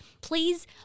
Please